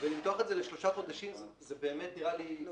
למתוח את זה לשלושה חודשים זה נראה לי לא